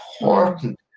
important